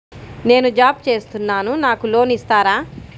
నేను జాబ్ చేస్తున్నాను నాకు లోన్ ఇస్తారా?